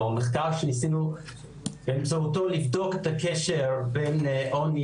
או מכתב שניסינו באמצעותו לבדוק את הקשר בין עוני